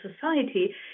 society